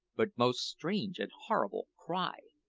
but most strange and horrible, cry.